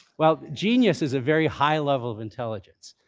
well, genius is a very high level of intelligence.